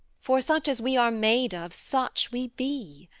for such as we are made of, such we be.